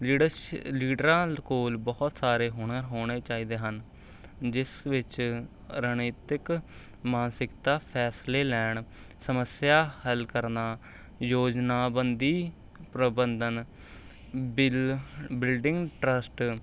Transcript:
leaders ਲੀਡਰਾਂ ਕੋਲ ਬਹੁਤ ਸਾਰੇ ਹੁਨਰ ਹੋਣੇ ਚਾਹੀਦੇ ਹਨ ਜਿਸ ਵਿੱਚ ਰਣਨੀਤਿਕ ਮਾਨਸਿਕਤਾ ਫੈਸਲੇ ਲੈਣ ਸਮੱਸਿਆ ਹੱਲ ਕਰਨਾ ਯੋਜਨਾਬੰਦੀ ਪ੍ਰਬੰਧਨ ਬਿਲਡਿੰਗ ਟਰੱਸਟ